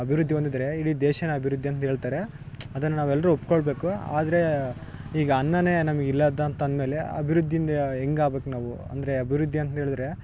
ಅಭಿವೃದ್ದಿ ಹೊಂದಿದ್ರೆ ಇಡೀ ದೇಶ ಅಭಿವೃದ್ದಿ ಅಂತಂದು ಹೇಳ್ತಾರೆ ಅದನ್ನು ನಾವು ಎಲ್ಲರು ಒಪ್ಪಿಕೊಳ್ಬೇಕು ಆದರೆ ಈಗ ಅನ್ನನೇ ನಮ್ಗೆ ಇಲ್ಲ ಅಂತ ಅಂದ್ಮೇಲೆ ಅಭಿವೃದ್ದಿಯಿಂದ ಹೆಂಗಾಗ್ಬೇಕ್ ನಾವು ಅಂದರೆ ಅಭಿವೃದ್ದಿ ಅಂತಂದು ಹೇಳಿದ್ರೆ